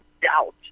doubt